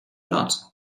not